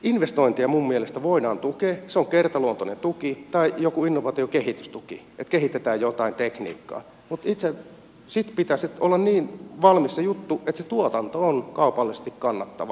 investointeja minun mielestä voidaan tukea se on kertaluontoinen tuki tai voi olla joku innovaation kehitystuki että kehitetään jotain tekniikkaa mutta sitten pitäisi olla niin valmis se juttu että se tuotanto on kaupallisesti kannattavaa